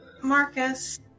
Marcus